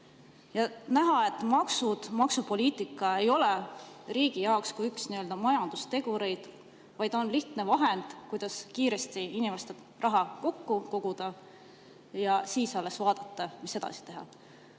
On näha, et maksupoliitika ei ole riigi jaoks mitte üks majandusteguritest, vaid see on lihtne vahend, kuidas kiiresti inimestelt raha kokku koguda ja siis alles vaadata, mis edasi teha.